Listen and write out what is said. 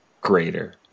greater